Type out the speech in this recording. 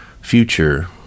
future